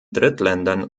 drittländern